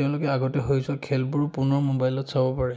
তেওঁলোকে আগতে হৈ যোৱা খেলবোৰো পুনৰ মোবাইলত চাব পাৰে